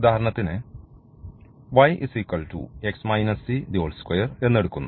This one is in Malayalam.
ഉദാഹരണത്തിന് എന്ന്എടുക്കുന്നു